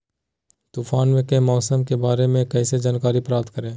तूफान के मौसम के बारे में कैसे जानकारी प्राप्त करें?